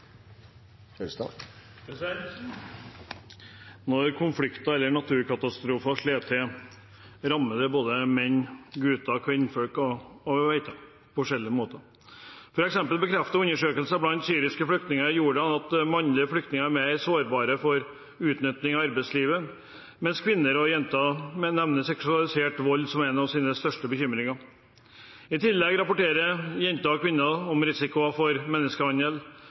trygge. Når konflikter eller naturkatastrofer slår til, rammer det menn, gutter, kvinner og jenter på forskjellige måter. For eksempel bekrefter undersøkelser blant syriske flyktninger i Jordan at mannlige flyktninger er mer sårbare for utnytting i arbeidslivet, mens kvinner og jenter nevner seksualisert vold som en av sine største bekymringer. I tillegg rapporterer jenter og kvinner om risiko for menneskehandel,